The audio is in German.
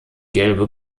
gelbe